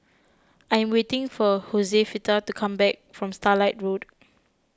I am waiting for Josefita to come back from Starlight Road